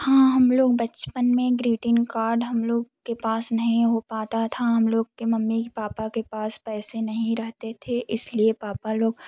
हाँ हम लोग बचपन में ग्रीटिंग कार्ड हम लोग के पास नहीं हो पाता था हम लोग के मम्मी पापा के पास पैसे नहीं रहते थे इसलिए पापा लोग